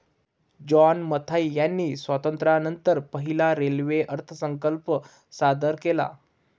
John Mathai यांनी स्वातंत्र्यानंतर पहिला रेल्वे अर्थसंकल्प सादर केला